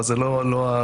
אבל זה לא הדיון,